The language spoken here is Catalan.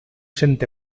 cent